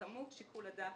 ששיקול הדעת